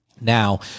Now